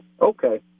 Okay